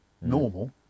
normal